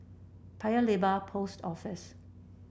Paya Lebar Post Office